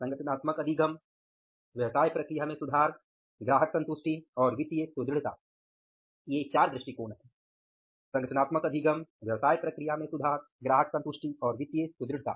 संगठनात्मक अधिगम व्यवसाय प्रक्रिया में सुधार ग्राहक संतुष्टि और वित्तीय सुदृढ़ता